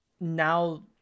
now